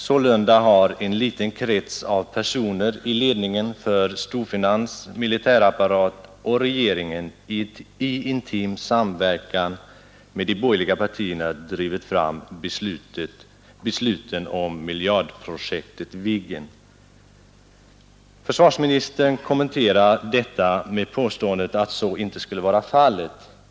Sålunda har en liten krets av personer i ledningen för storfinans, militärapparat och regeringen i intim samverkan med de borgerliga partierna drivit fram besluten om miljardprojektet Viggen.” Försvarsministern kommenterar detta med påståendet att så inte skulle vara fallet.